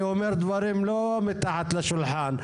אני אומר דברים לא מתחת לשולחן.